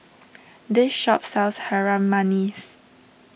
this shop sells Harum Manis